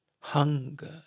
Hunger